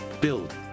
build